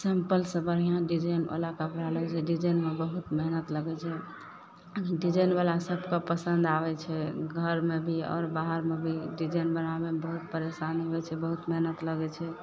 सिम्पलसँ बढ़िआँ डिजाइनवला कपड़ा लगय छै डिजाइनमे बहुत मेहनत लगय छै डिजाइनवला सबके पसन्द आबय छै घरमे भी आओर बाहरमे भी डिजाइनवला मे बहुत परेशानी होइ छै बहुत मेहनत लगय छै